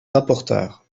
rapporteur